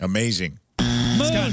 Amazing